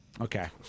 Okay